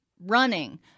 running